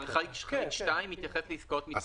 החרגה של חריג 2 מתייחס לעסקאות מתמשכות כהגדרתן בחוק.